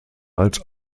als